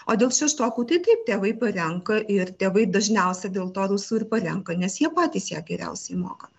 o dėl šeštokų tai taip tėvai parenka ir tėvai dažniausiai dėl to rusų ir parenka nes jie patys ją geriausiai moka